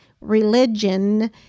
religion